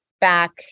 back